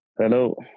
Hello